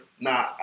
Nah